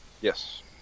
Yes